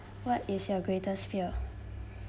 what is your greatest fear